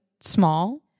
small